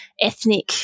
ethnic